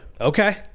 Okay